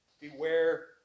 beware